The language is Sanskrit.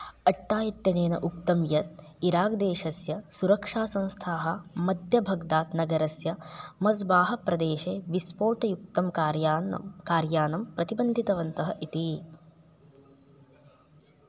अट्टा इत्यनेन उक्तं यत् इराग्देशस्य सुरक्षासंस्थाः मध्यभग्दात् नगरस्य मस्बाः प्रदेशे विस्फोटयुक्तं कार्यानं कार्यानं प्रतिबन्धितवन्तः इति